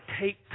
take